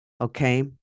Okay